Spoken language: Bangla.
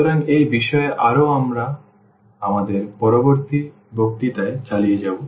সুতরাং এই বিষয়ে আরও আমরা আমাদের পরবর্তী বক্তৃতায় চালিয়ে যাব